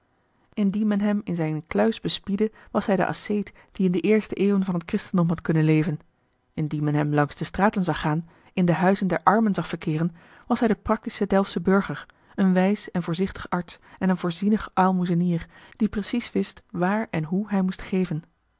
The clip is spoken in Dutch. indien men hem in zijne kluis bespiedde was hij de asceet die in de eerste eeuwen van het christendom had kunnen leven indien men hem langs de straten zag gaan in de huizen der armen zag verkeeren was hij de practische delftsche burger een wijs en voorzichtig arts en een voorzienig aalmoezenier die precies wist waar en hoe hij moest geven